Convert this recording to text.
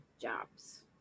jobs